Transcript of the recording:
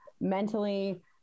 mentally